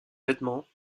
vêtements